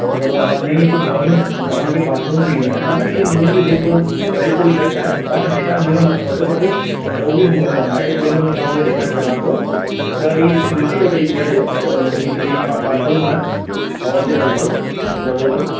ॾह बाए ॿारहं ही हॉल में तव्हांखे बाथरूम बि आहे माने कि हिननि जी रेट थोरो प्राईज़ थोरी घटि आहे तव्हांखे ॾेखार हिन खां वॾो खपे त उहो बि हाई फ्लोर में मां तव्हांखे ॾेखारे सघां थो त ही ॾिसी वठो ही फ्लैट इहा बाथरूम आहे हॉल जे लॻभॻि लॻोलॻु